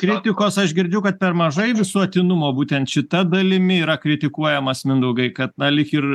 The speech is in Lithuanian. kritikos aš girdžiu kad per mažai visuotinumo būtent šita dalimi yra kritikuojamas mindaugai kad na lyg ir